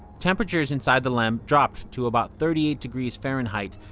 temperatures inside the lem dropped to about thirty eight degrees fahrenheit,